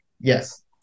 Yes